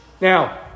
Now